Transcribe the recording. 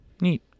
Neat